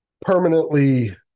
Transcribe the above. permanently